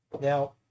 Now